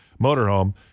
motorhome